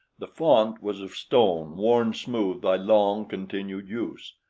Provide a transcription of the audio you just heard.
the font was of stone worn smooth by long-continued use,